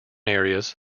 areas